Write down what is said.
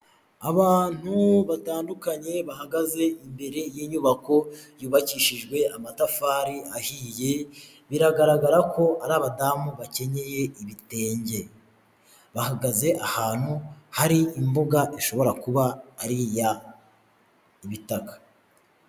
Abantu batandukanye bahagaze imbere y'inyubako yubakishijwe amatafari ahiye biragaragara ko ari abadamu bakenyeye ibitenge, bahagaze ahantu hari imbuga ishobora kuba ari iya bitaka.